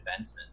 defenseman